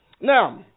Now